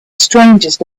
strangest